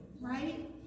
right